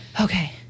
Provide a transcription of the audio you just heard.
okay